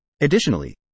Additionally